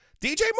DJ